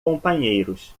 companheiros